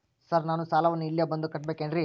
Sir ನಾನು ಸಾಲವನ್ನು ಇಲ್ಲೇ ಬಂದು ಕಟ್ಟಬೇಕೇನ್ರಿ?